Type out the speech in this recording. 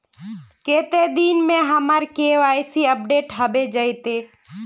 कते दिन में हमर के.वाई.सी अपडेट होबे जयते?